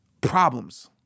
problems